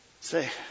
say